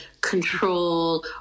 control